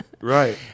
right